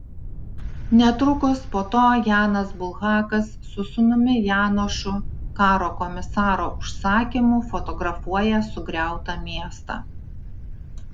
netrukus po to janas bulhakas su sūnumi janošu karo komisaro užsakymu fotografuoja sugriautą miestą